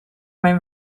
mijn